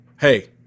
Hey